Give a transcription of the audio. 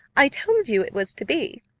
i told you it was to be,